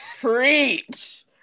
preach